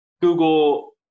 Google